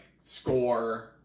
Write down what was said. score